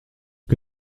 que